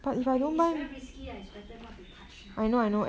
and is very risky ah it's better not to touch lah